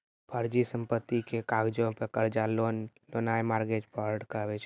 फर्जी संपत्ति के कागजो पे कर्जा लेनाय मार्गेज फ्राड कहाबै छै